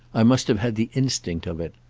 i must have had the instinct of it.